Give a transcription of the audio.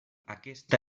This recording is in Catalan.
aquesta